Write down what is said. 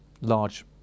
large